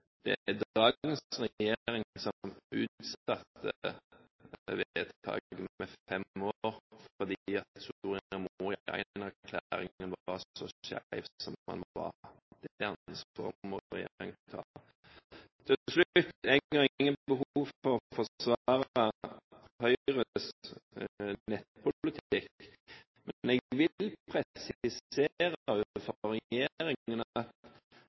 utsatte vedtaket i fem år, fordi Soria Moria I-erklæringen var så skeiv som den var. Det ansvaret må regjeringen ta. Til slutt: Jeg har ikke behov for å forsvare Høyres nettpolitikk. Men jeg vil presisere